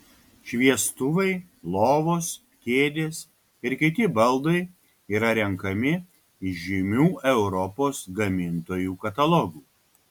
šviestuvai lovos kėdės ir kiti baldai yra renkami iš žymių europos gamintojų katalogų